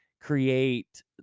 create